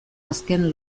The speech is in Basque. azken